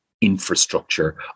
infrastructure